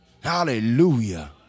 Hallelujah